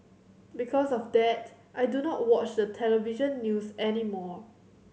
because of that I do not watch the television news any more